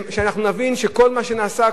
נבין שכל מה שנעשה,